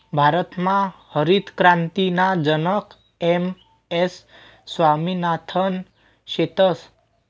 भारतमा हरितक्रांतीना जनक एम.एस स्वामिनाथन शेतस